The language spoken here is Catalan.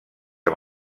amb